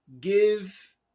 give